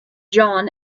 john